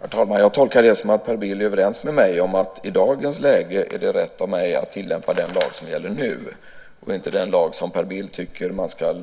Herr talman! Jag tolkar det som att Per Bill är överens med mig om att i dagens läge är det rätt av mig att tillämpa den lag som gäller nu och inte den lag som Per Bill tycker man ska